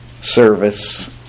service